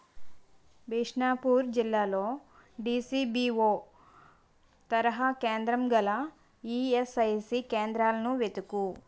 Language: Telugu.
బీష్నాపూర్ జిల్లాలో డిసిబిఓ తరహా కేంద్రం గల ఈయస్ఐసి కేంద్రాలను వెతుకుము